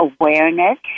awareness